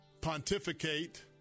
pontificate